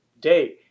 day